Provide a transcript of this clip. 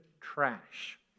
trash